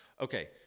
Okay